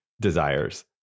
desires